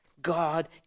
God